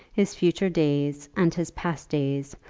his future days, and his past days,